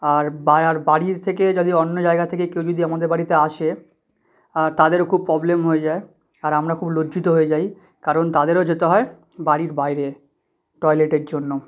আর বা আর বাড়ির থেকে যদি অন্য জায়গা থেকে কেউ যদি আমাদের বাড়িতে আসে তাদের খুব প্রবলেম হয়ে যায় আর আমরা খুব লজ্জিত হয়ে যাই কারণ তাদেরও যেতে হয় বাড়ির বাইরে টয়লেটের জন্য